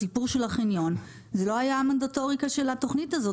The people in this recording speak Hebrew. הסיפור של החניון זה לא היה המנדטוריקה של התוכנית הזאת,